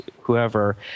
whoever